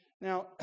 Now